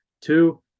Two